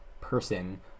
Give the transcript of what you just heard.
person